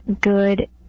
good